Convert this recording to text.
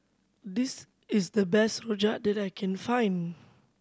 this is the best rojak that I can find